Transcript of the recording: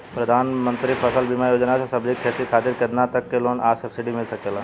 प्रधानमंत्री फसल बीमा योजना से सब्जी के खेती खातिर केतना तक के लोन आ सब्सिडी मिल सकेला?